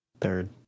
third